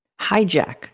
hijack